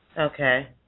Okay